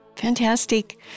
Fantastic